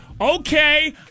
Okay